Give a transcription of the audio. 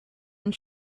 and